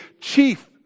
chief